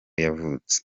yavutse